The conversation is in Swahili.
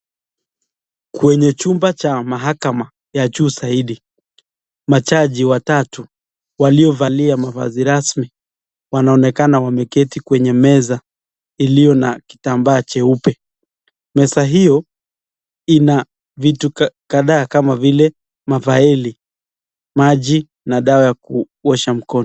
Kwenye chumba cha mahakama ya juu zaidi. Majaji watatu waliovalia mavazi rasmi wanaonekana wameketi kwenye meza iliyo na kitambaa jeupe. Meza hiyo ina vitu kadhaa kama vile mafaeli, maji na dawa ya kuosha mkono.